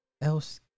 else